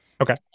Okay